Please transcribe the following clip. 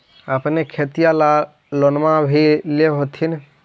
अपने खेतिया ले लोनमा भी ले होत्थिन?